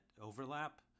overlap